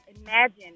imagine